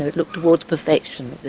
look towards perfection,